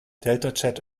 deltachat